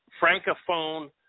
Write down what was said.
francophone –